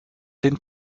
den